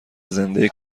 زنده